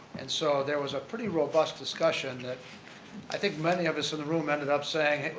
and so there was a pretty robust discussion that i think many of us in the room ended up saying,